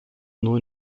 nur